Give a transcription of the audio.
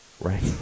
right